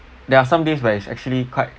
there are some days where it's actually quite